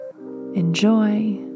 enjoy